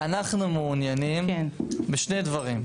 אנחנו מעוניינים בשני דברים,